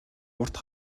урт